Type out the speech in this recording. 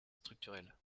structurel